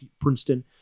Princeton